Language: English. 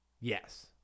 Yes